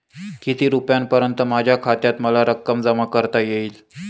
किती रुपयांपर्यंत माझ्या खात्यात मला रक्कम जमा करता येईल?